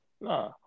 Nah